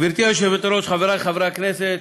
גברתי היושבת-ראש, חברי חברי הכנסת,